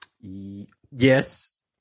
yes